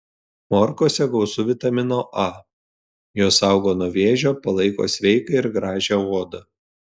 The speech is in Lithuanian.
morkose gausu vitamino a jos saugo nuo vėžio palaiko sveiką ir gražią odą